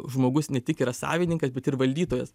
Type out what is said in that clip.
žmogus ne tik yra savininkas bet ir valdytojas